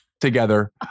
together